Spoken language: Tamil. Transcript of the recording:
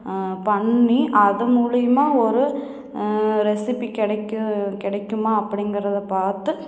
பண்ணி அது மூலியுமாக ஒரு ரெசிபி கிடைக்கும் கிடைக்குமா அப்படிங்கிறத பார்த்து